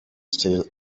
still